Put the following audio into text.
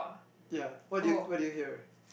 yeah what do you what do you hear